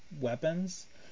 weapons